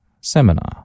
seminar